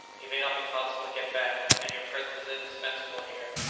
it may not be possible to get back, and your presence is indispensable here.